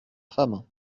femme